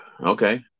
Okay